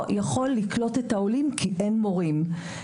יכול לקלוט את העולים כי אין מורים.